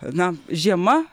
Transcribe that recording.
na žiema